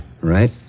Right